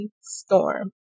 storm